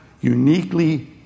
uniquely